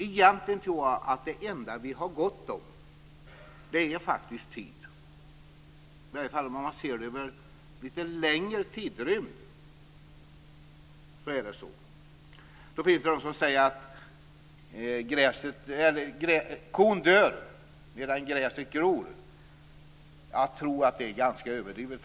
Egentligen tror jag att det enda som vi har gott om faktiskt är tid, i varje fall om man ser det över en lite längre tidrymd. Sedan finns det de som säger att medan gräset gror dör kon. Jag tror faktiskt att det är ganska överdrivet.